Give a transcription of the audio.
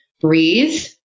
breathe